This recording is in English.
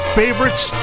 favorites